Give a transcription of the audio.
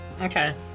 Okay